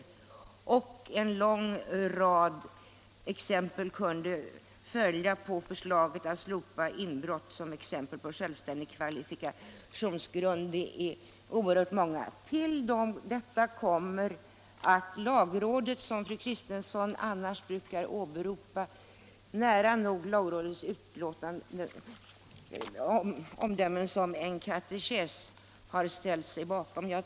Dessa och en lång rad andra instanser har tillstyrkt förslaget att slopa inbrott som exempel självständig kvalifikationsgrund. Till detta kommer att lagrådet, vars omdömen fru Kristensson annars brukar åberopa nära nog som en katekes, har ställt sig bakom förslaget.